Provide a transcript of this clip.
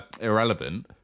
irrelevant